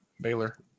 Baylor